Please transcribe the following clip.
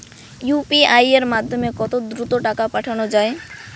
UPI এর মাধ্যমে কত দ্রুত টাকা পাঠানো যায়?